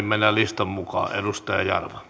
mennään listan mukaan